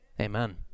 Amen